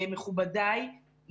מכובדיי,